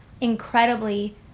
incredibly